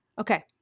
Okay